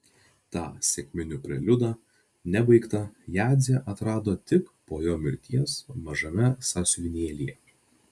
tą sekminių preliudą nebaigtą jadzė atrado tik po jo mirties mažame sąsiuvinėlyje